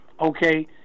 okay